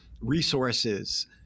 resources